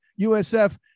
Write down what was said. USF